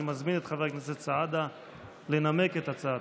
אני מזמין את חבר הכנסת סעדה לנמק את הצעתו.